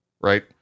right